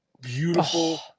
beautiful